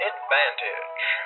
Advantage